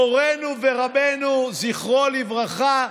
מורנו ורבנו, זכרו לברכה,